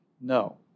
No